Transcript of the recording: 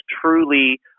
truly